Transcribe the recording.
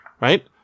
right